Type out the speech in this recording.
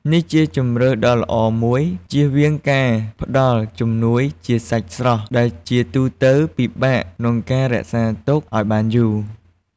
នេះជាជម្រើសដ៏ល្អមួយ ជៀសជាងការផ្តល់ជំនួសជាសាច់ស្រស់ ដែលជាទូទៅពិបាកក្នុងការរក្សាទុកឲ្យបានយូរ។